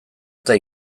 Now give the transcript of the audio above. eta